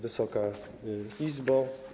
Wysoka Izbo!